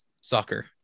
soccer